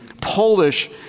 Polish